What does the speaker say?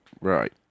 Right